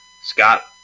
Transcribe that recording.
Scott